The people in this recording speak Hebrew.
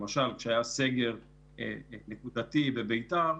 למשל כשהיה סגר נקודתי בביתר,